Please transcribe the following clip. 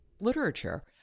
literature